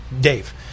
dave